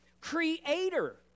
creator